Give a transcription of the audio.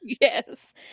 Yes